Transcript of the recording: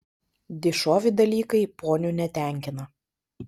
dišovi dalykai ponių netenkina